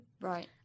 Right